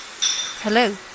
Hello